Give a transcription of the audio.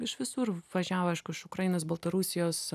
iš visur važiavo aišku iš ukrainos baltarusijos